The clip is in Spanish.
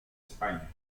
españa